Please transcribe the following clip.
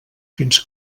fins